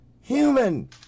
human